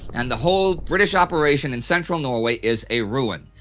and the whole british operation in central norway is a ruin.